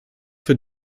für